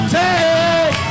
take